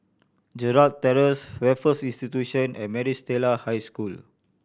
Gerald Terrace Raffles Institution and Maris Stella High School